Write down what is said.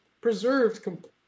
preserved